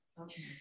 Okay